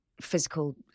physical